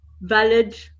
valid